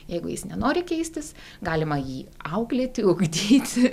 jeigu jis nenori keistis galima jį auklėti ugdyti